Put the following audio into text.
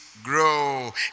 Grow